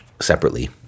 separately